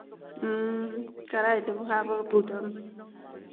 ꯎꯝ ꯀꯔꯥꯏꯗꯕꯨ ꯍꯥꯞꯄꯒ ꯄꯨꯗꯣꯏꯅꯣ